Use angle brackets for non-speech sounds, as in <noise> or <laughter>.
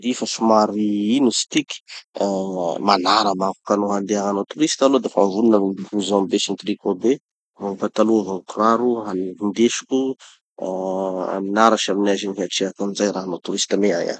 <audio distortion> i fa somary, ino izy tiky, ah manara manko. Ka no handeha hanao touriste aloha dafa vonona gny blouson be sy tricot be, vo gny pataloha vo gny kiraro han- hindesiko amy nara sy amy neige igny satria raha hanao touriste megnagny aho.